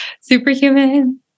superhuman